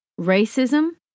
racism